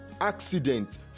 accident